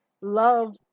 love